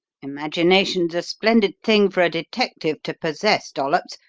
imagination's a splendid thing for a detective to possess, dollops,